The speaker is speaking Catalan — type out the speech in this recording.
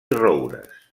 roures